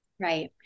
Right